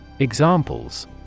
Examples